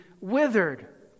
withered